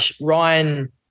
Ryan